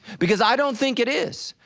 because i don't think it is.